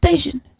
station